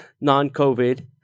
non-COVID